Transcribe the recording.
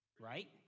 right